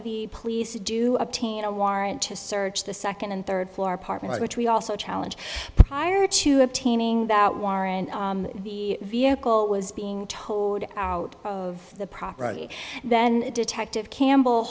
the police do obtain a warrant to search the second and third floor apartment which we also challenge prior to up seeming that warrant the vehicle was being towed out of the property then detective campbell